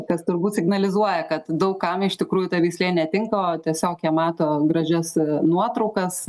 kas turbūt signalizuoja kad daug kam iš tikrųjų ta veislė netinka o tiesiog jie mato gražias nuotraukas